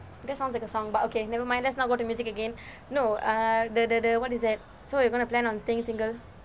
that sounds like a song but never mind let's not go to music again no err the the the what is that so you gonna plan on staying single